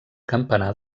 campanar